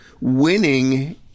winning